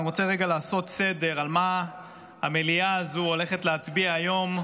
אני רוצה רגע לעשות סדר על מה המליאה הזו הולכת להצביע היום.